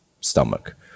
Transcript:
stomach